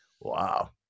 Wow